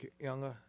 younger